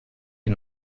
die